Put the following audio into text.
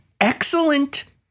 excellent